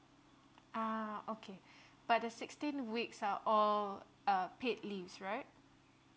ah okay but the sixteen weeks are all uh paid leaves right